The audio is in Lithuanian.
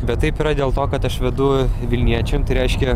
bet taip yra dėl to kad aš vedu vilniečiam tai reiškia